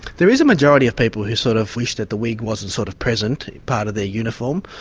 there is a majority of people who sort of wish that the wig wasn't sort of present, part of their uniform.